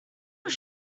was